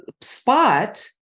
spot